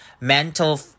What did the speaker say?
mental